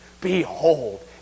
Behold